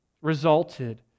resulted